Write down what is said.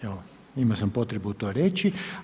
Evo imao sam potrebu to reći.